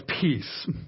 peace